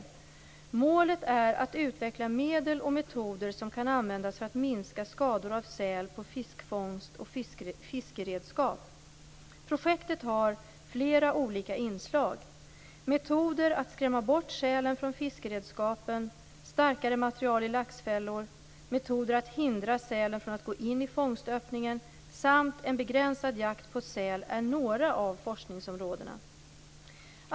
Målet är att utveckla medel och metoder som kan användas för att minska skador av säl på fiskfångst och fiskeredskap. Projektet har flera olika inslag. Metoder att skrämma bort sälen från fiskeredskapen, starkare material i laxfällor, metoder att hindra sälen från att gå in i fångstöppningen samt en begränsad jakt på säl är några av forskningsområdena.